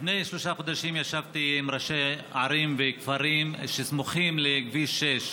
לפני שלושה חודשים ישבתי עם ראשי ערים וכפרים שסמוכים לכביש 6,